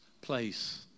place